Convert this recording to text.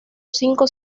cinco